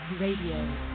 Radio